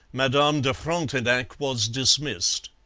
madame de frontenac was dismissed.